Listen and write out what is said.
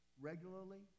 regularly